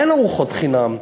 אין ארוחות חינם.